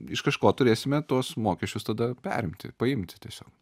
iš kažko turėsime tuos mokesčius tada perimti paimti tiesiog